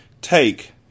Take